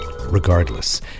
Regardless